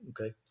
Okay